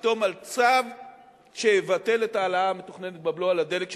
לחתום על צו שיבטל את ההעלאה המתוכננת בבלו על הדלק,